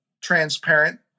transparent